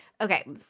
Okay